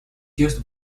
used